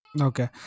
Okay